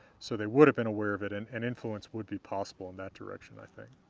so they would've been aware of it, and an influence would be possible in that direction, i think.